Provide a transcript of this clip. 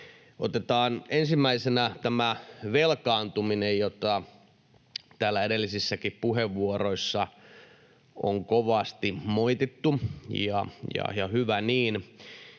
Otetaan ensimmäisenä tämä velkaantuminen, jota täällä edellisissäkin puheenvuoroissa on kovasti moitittu, ja hyvä niin.